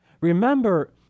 Remember